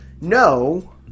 no